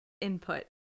input